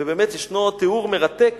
ובאמת יש תיאור מרתק